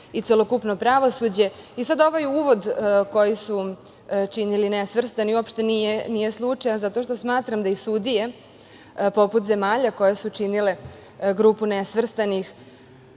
i celokupno pravosuđe. Ovaj uvod koji su činili nesvrstani uopšte nije slučajan, zato što smatram da i sudije, poput zemalja koje su činile Grupu nesvrstanih,